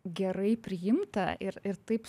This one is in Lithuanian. gerai priimta ir ir taip